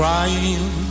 Crying